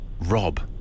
Rob